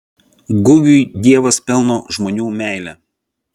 gugiui dievas pelno žmonių meilę